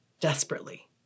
desperately